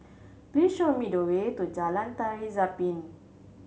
please show me the way to Jalan Tari Zapin